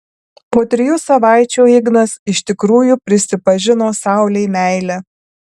po trijų savaičių ignas iš tikrųjų prisipažino saulei meilę